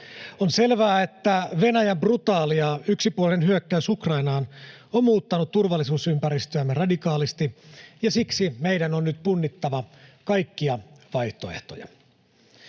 On selvää, että Venäjän brutaali ja yksipuolinen hyökkäys Ukrainaan on muuttanut turvallisuusympäristöämme radikaalisti ja siksi meidän on nyt punnittava kaikkia vaihtoehtoja.